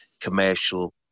commercial